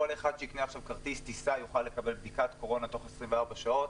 כל אחד שיקנה עכשיו כרטיס טיסה יוכל לקבל בדיקת קורונה תוך 24 שעות?